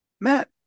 Matt